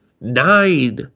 nine